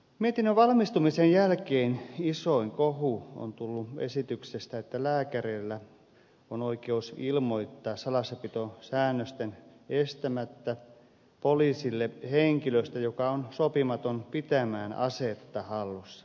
mietinnön valmistumisen jälkeen isoin kohu on tullut esityksestä että lääkäreillä on oikeus ilmoittaa salassapitosäännösten estämättä poliisille henkilöstä joka on sopimaton pitämään asetta hallussaan